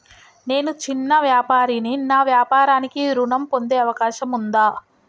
నేను చిన్న వ్యాపారిని నా వ్యాపారానికి ఋణం పొందే అవకాశం ఉందా?